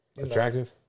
attractive